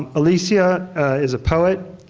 um alicia is a poet,